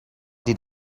did